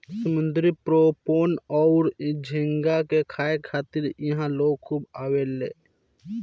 समुंद्री प्रोन अउर झींगा के खाए खातिर इहा लोग खूब आवेले